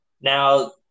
Now